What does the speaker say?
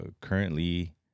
currently